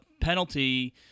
penalty